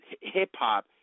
hip-hop